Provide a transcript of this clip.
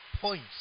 points